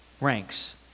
ranks